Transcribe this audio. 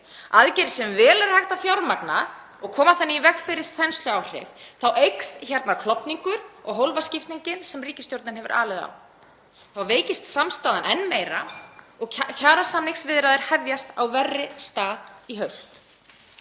aðgerðir sem vel er hægt að fjármagna og koma þannig í veg fyrir þensluáhrif, þá eykst hér klofningur og hólfaskiptingin sem ríkisstjórnin hefur alið á. Þá veikist samstaðan enn meira og kjarasamningsviðræður hefjast á verri stað í haust.